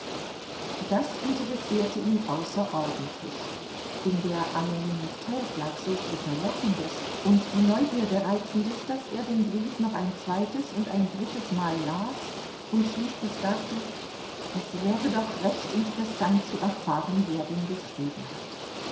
das interessierte ihn außerordentlich in der anonymität lag so viel verlockendes und die neugierde reizendes daß er den brief noch ein zweites und ein drittes mal las und schließlich sagte es wäre doch recht interessant zu erfahren wer ihn geschrieben hat